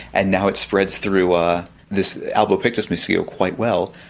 and now it spreads through ah this albopictus mosquito quite well.